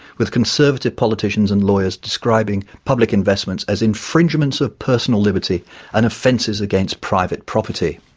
with conservative politicians and lawyers describing public investments as infringements of personal liberty and offenses against private property.